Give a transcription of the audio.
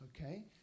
okay